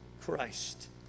Christ